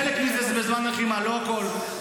חלק מזה הוא בזמן לחימה, לא הכול.